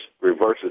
reverses